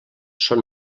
són